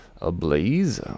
Ablaze